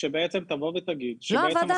בעצם תבוא ותגיד שבעצם -- לא,